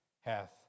hath